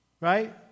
right